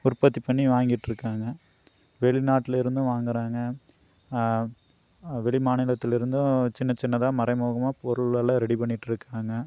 உற்பத்தி பண்ணி வாங்கிட்டிருக்காங்க வெளிநாட்டுலேருந்தும் வாங்கறாங்க வெளி மாநிலத்திலேருந்தும் சின்ன சின்னதாக மறைமுகமாக பொருளெல்லாம் ரெடி பண்ணிட்டிருக்காங்க